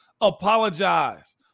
apologize